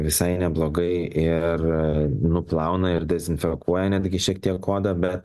visai neblogai ir nuplauna ir dezinfekuoja netgi šiek tiek odą be